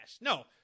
No